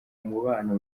umubano